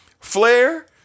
Flair